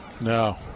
No